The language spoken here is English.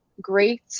great